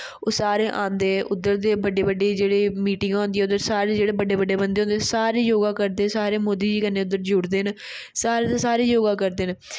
ओह् सारे आंदे उद्धर दे बड्डी बड्डी जेह्ड़ी मिटिंगा होदियां उद्धर सारे जेह्ड़े बड्डे बड्डे बंदे होंदे ओह् सारे योगा करदे सारे मोदी कन्ने उद्धर जोड़दे न सारे दे सारे योगा करदे न